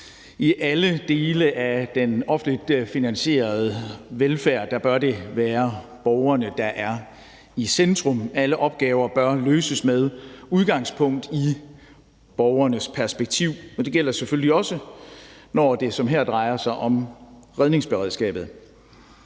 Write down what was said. I alle dele af den offentligt finansierede velfærd bør det være borgerne, der er i centrum, alle opgaver bør løses med udgangspunkt i borgernes perspektiv, og det gælder selvfølgelig også, når det som her drejer sig om redningsberedskabet.